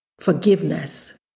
forgiveness